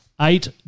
eight